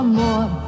more